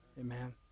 Amen